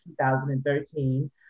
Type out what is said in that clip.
2013